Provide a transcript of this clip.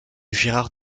gérard